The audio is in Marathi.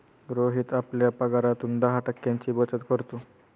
रोहित आपल्या पगारातून दहा टक्क्यांची बचत करतो